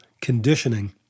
conditioning